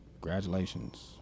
Congratulations